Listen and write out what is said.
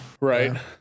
right